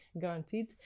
guaranteed